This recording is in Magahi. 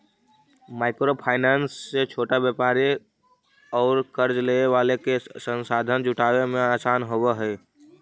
माइक्रो फाइनेंस से छोटा व्यापारि औउर कर्ज लेवे वाला के संसाधन जुटावे में आसान होवऽ हई